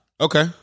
Okay